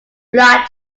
flood